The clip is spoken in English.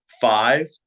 Five